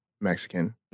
Mexican